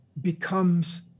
becomes